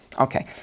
okay